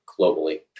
globally